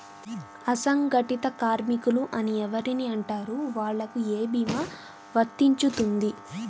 అసంగటిత కార్మికులు అని ఎవరిని అంటారు? వాళ్లకు ఏ భీమా వర్తించుతుంది?